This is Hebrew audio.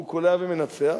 והוא קולע ומנצח,